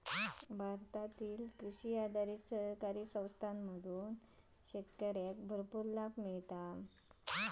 भारतातील कृषी आधारित सहकारी संस्थांमधून शेतकऱ्यांका भरपूर लाभ मिळता हा